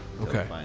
Okay